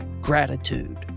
gratitude